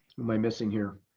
missing here?